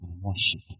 worship